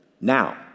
Now